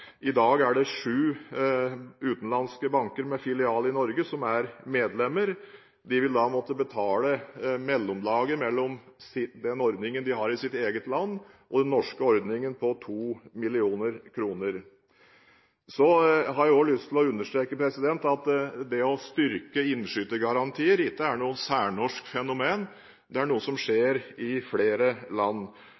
i dag er sju utenlandske banker med filialer i Norge medlemmer. De vil da måtte betale mellomlaget mellom den ordningen de har i sitt eget land, og den norske ordningen på 2 mill. kr. Jeg har også lyst til å understreke at det å styrke innskytergarantier ikke er noe særnorsk fenomen;